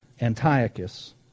Antiochus